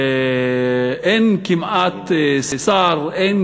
אין כמעט שר, אין